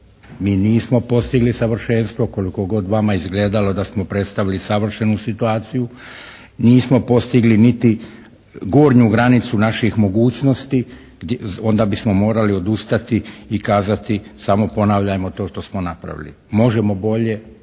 Mi nismo postigli savršenstvo koliko god vama izgledalo da smo predstavili savršenu situaciju. Nismo postigli niti gornju granicu naših mogućnosti, onda bismo morali odustati i kazati samo ponavljajmo to što smo napravili. Možemo bolje,